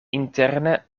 interne